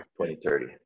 2030